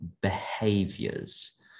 behaviors